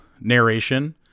narration